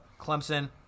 Clemson